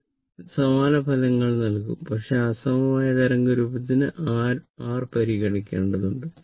ഇത് സമാന ഫലങ്ങൾ നൽകും പക്ഷേ അസമമായ തരംഗ രൂപത്തിന് r പരിഗണിക്കേണ്ടതുണ്ട്